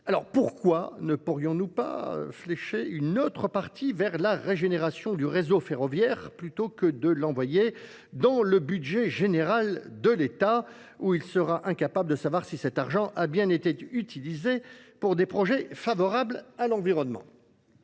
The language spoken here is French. Alors pourquoi ne pourrions-nous pas flécher une autre partie vers la régénération du réseau ferroviaire plutôt que de l'envoyer dans le budget général de l'État où il sera incapable de savoir si cet argent a bien été utilisé pour des projets favorables à l'environnement ?